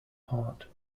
heart